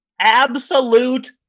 Absolute